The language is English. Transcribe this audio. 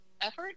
effort